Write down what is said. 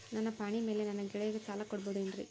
ನನ್ನ ಪಾಣಿಮ್ಯಾಲೆ ನನ್ನ ಗೆಳೆಯಗ ಸಾಲ ಕೊಡಬಹುದೇನ್ರೇ?